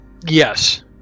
Yes